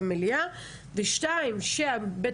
ואנחנו חייבות להמשיך ולדון בדברים האלה בוועדה ולחבר ביניהם כי